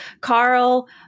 carl